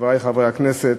חברי חברי הכנסת,